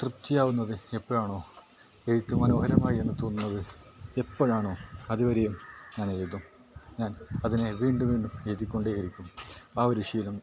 തൃപ്തിയാകുന്നത് എപ്പൊഴാണോ എഴുത്ത് മനോഹരമായി എന്ന് തോന്നുന്നത് എപ്പൊഴാണോ അതു വരെയും ഞാനെഴുതും ഞാൻ അതിനെ വീണ്ടും വീണ്ടും എഴുതിക്കൊണ്ടേ ഇരിക്കും ആ ഒരു ശീലം